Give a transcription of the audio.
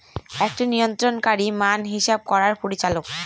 একটি নিয়ন্ত্রণকারী মান হিসাব করার পরিচালক